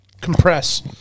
compress